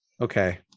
Okay